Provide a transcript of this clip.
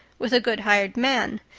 with a good hired man.